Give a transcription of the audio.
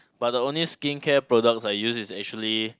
but the only skincare product I use is actually